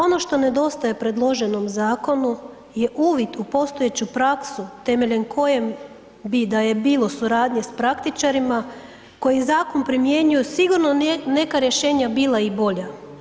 Ono što nedostaje predloženom zakonu je uvid u postojeću praksu temeljem koje bi da je bilo suradnje s praktičarima koji zakon primjenjuju sigurno neka rješenja bila i bolja.